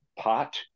pot